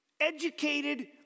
educated